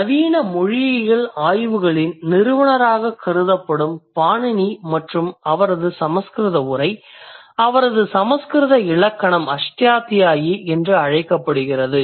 நவீன மொழியியல் ஆய்வுகளின் நிறுவனராகக் கருதப்படும் பாணினி மற்றும் அவரது சமஸ்கிருத உரை அவரது சமஸ்கிருத இலக்கணம் அஷ்டாத்யாயி என்று அழைக்கப்படுகிறது